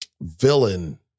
villain